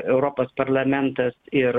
europos parlamentas ir